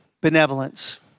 Benevolence